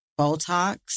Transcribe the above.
Botox